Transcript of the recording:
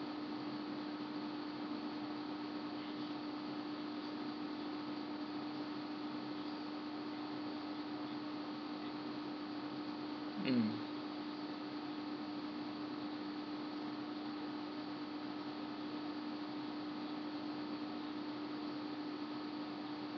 mm